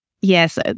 Yes